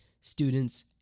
students